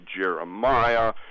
Jeremiah